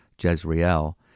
Jezreel